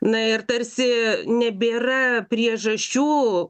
na ir tarsi nebėra priežasčių